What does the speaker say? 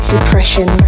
Depression